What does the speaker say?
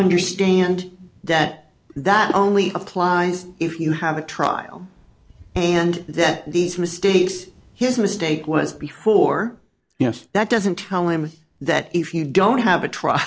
understand that that only applies if you have a trial and that these mistakes his mistake was before yes that doesn't tell him that if you don't have a trial